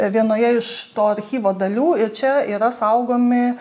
vienoje iš to archyvo dalių ir čia yra saugomi